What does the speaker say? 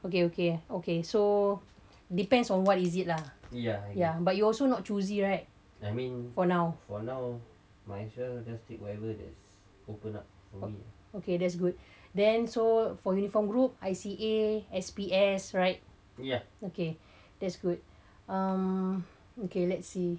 okay okay okay so depends on what is it lah ya also not choosy right for now okay that's good then so for uniform group I_C_A S_P_S okay that's good okay um okay let's see